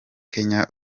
kenya